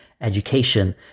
education